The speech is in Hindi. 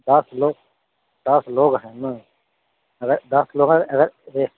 दस लोग दस लोग है ना मतलब दस लोग